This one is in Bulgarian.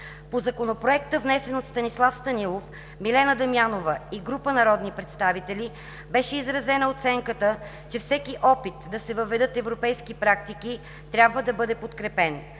По Законопроекта, внесен от Станислав Станилов, Милена Дамянова и група народни представители, беше изразена оценката, че всеки опит да се въведат европейски практики трябва да бъде подкрепен.